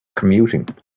commuting